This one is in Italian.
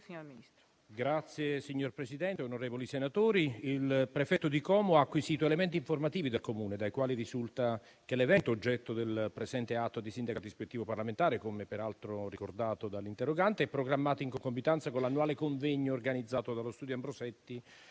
Signor Presidente, onorevoli senatori, il prefetto di Como ha acquisito elementi informativi dal Comune, dai quali risulta che l'evento oggetto del presente atto di sindacato ispettivo parlamentare - come peraltro ricordato dall'interrogante - è programmato in concomitanza con l'annuale convegno organizzato dallo Studio Ambrosetti